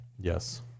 Yes